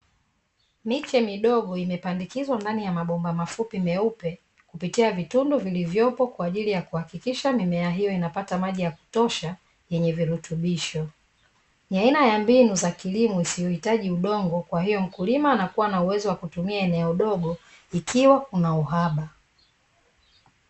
Miche midogo imepandikizwa ndani ya mabomba mafupi meupe, kupitia vitundu vilivyopo kwaajili ya kuhakikisha mimea hiyo inapata maji ya kutosha yenye virutubisho, ni aina ya mbinu za kilimo isiyohitaji udongo, kwahiyo mkulima anakuwa na uwezo wa kutumia eneo dogo ikiwa kuna uhaba.